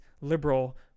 liberal